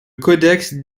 codex